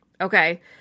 okay